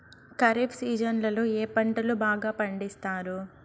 ఖరీఫ్ సీజన్లలో ఏ పంటలు బాగా పండిస్తారు